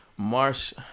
Marsh